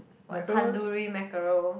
what tandoori mackerel